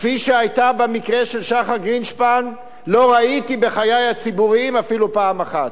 כפי שהיתה במקרה של שחר גרינשפן לא ראיתי בחיי הציבוריים אפילו פעם אחת.